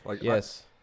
Yes